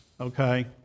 Okay